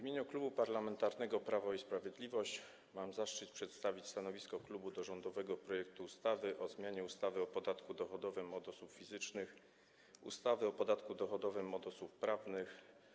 W imieniu Klubu Parlamentarnego Prawo i Sprawiedliwość mam zaszczyt przedstawić stanowisko klubu wobec rządowego projektu ustawy o zmianie ustawy o podatku dochodowym od osób fizycznych, ustawy o podatku dochodowym od osób prawnych,